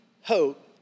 hope